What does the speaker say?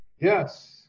Yes